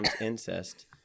incest